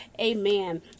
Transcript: amen